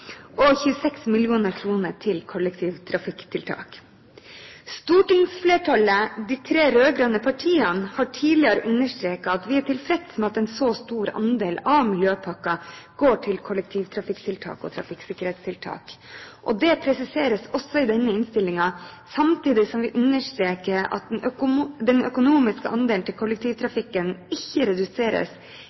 og 26 mill. kr til kollektivtrafikktiltak. Stortingsflertallet, de tre rød-grønne partiene, har tidligere understreket at vi er tilfreds med at en så stor andel av miljøpakken går til kollektivtrafikktiltak og trafikksikkerhetstiltak. Det presiseres også i denne innstillingen, samtidig som vi understreker at den økonomiske andelen til kollektivtrafikk ikke reduseres,